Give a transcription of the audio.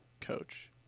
coach